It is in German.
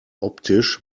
optisch